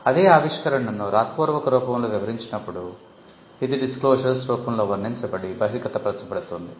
అదే ఆవిష్కరణను వ్రాతపూర్వక రూపంలో వివరించినప్పుడు ఇది డిస్క్లోషర్స్ రూపంలో వర్ణించబడి బహిర్గత పరచబడుతుంది